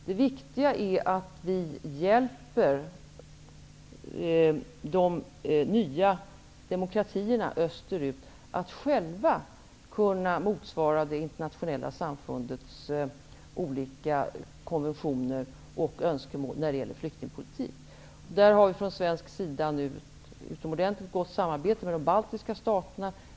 Det viktiga är att vi hjälper de nya demokratierna österut att själva kunna uppfylla det internationella samfundets olika konventioner och önskemål när det gäller flyktingpolitik. Där har vi från svensk sida utomordentligt gott samarbete med de baltiska staterna.